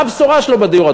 מה הבשורה שלו בדיור?